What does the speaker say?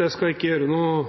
Jeg skal ikke gjøre noe